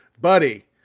Buddy